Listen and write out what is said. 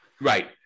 Right